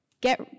get